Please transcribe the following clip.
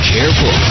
Careful